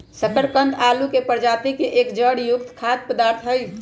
शकरकंद आलू के प्रजाति के एक जड़ युक्त खाद्य पदार्थ हई